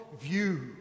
view